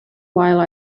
while